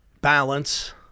balance